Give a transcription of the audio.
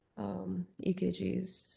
EKGs